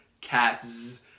cats